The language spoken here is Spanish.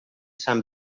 san